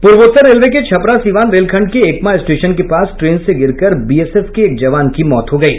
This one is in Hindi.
पूर्वोत्तर रेलवे के छपरा सिवान रेल खंड के एकमा स्टेशन के पास ट्रेन से गिरकर बीएसएफ के एक जवान की मौत हो गयी